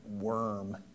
worm